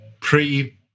pre